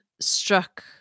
struck